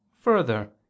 further